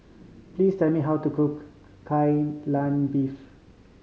please tell me how to cook Kai Lan Beef